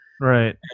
Right